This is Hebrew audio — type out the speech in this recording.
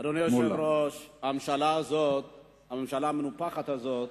אדוני היושב-ראש, הממשלה המנופחת הזאת,